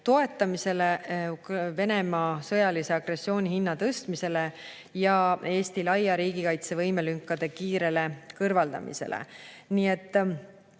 toetamisele, Venemaa sõjalise agressiooni hinna tõstmisele ja Eesti laia riigikaitse võimelünkade kiirele kõrvaldamisele.